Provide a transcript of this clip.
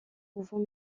pouvons